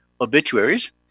obituaries